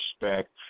respect